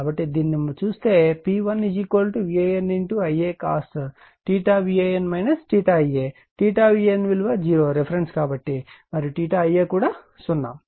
కాబట్టి దీనిని చూస్తే P1VANIa cos VAN విలువ 0 రిఫరెన్స్ కాబట్టి మరియు Ia కూడా 0